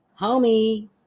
Homie